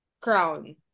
crown